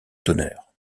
d’honneur